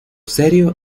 serio